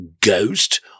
ghost